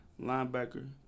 linebacker